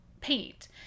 paint